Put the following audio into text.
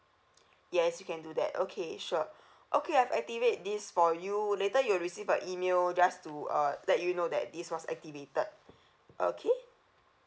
yes you can do that okay sure okay I've activate this for you later you will receive a email just to uh let you know that this was activated okay